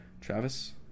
travis